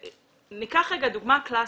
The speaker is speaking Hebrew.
ניקח רגע דוגמה קלאסית: